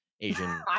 Asian